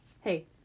hey